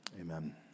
Amen